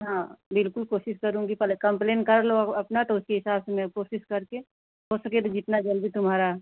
हाँ बिल्कुल कोशीश करूँगी पहले कंप्लेन कर लो अपना तो उसी हिसाब से मैं कोशिश कर के हो सके तो जितना जल्दी तुम्हारा